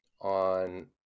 on